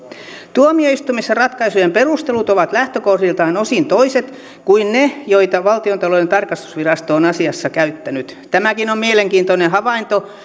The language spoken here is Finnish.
tuomioistuimissa ratkaisujen perustelut ovat lähtökohdiltaan osin toiset kuin ne joita valtiontalouden tarkastusvirasto on asiassa käyttänyt tämäkin on mielenkiintoinen havainto